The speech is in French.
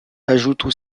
ajoutent